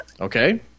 Okay